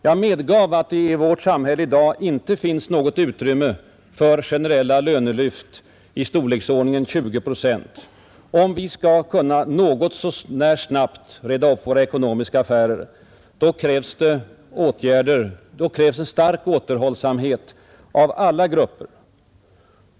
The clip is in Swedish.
Jag medgav att det i vårt samhälle i dag inte finns något utrymme för generella lönelyft i storleksordningen 20 procent. Om vi skall kunna något så när snabbt reda upp våra ekonomiska affärer, då krävs en stark återhållsamhet av alla grupper.